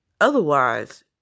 Otherwise